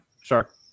sure